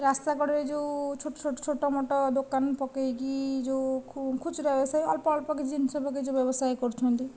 ରାସ୍ତାକଡ଼ରେ ଯେଉଁ ଛୋଟ ଛୋଟ ଛୋଟ ମୋଟ ଦୋକାନ ପକାଇକି ଯେଉଁ ଖୁଚୁରା ବ୍ୟବସାୟ ଅଳ୍ପ ଅଳ୍ପ କିଛି ଜିନିଷ ବିକି ଯେଉଁ ବ୍ୟବସାୟ କରୁଛନ୍ତି